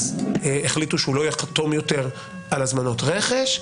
אז החליטו שהוא לא יחתום יותר על הזמנות רכש.